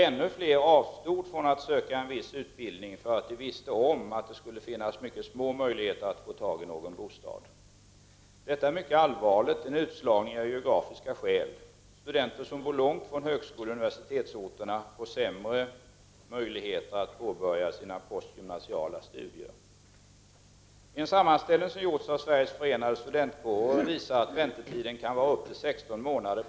Ännu fler avstod från att söka en viss utbildning för att de visste om att det skulle finnas mycket små möjligheter att få tag i någon bostad. Detta är mycket allvarligt. Det är en utslagning av geografiska skäl. Studenter som bor långt från högskoleoch universitetsorterna får sämre möjligheter att påbörja sina postgymnasiala studier. En sammanställning som gjorts av Sveriges förenade studentkårer visar att väntetider för en studentbostad kan vara upp till 16 månader.